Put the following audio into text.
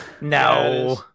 No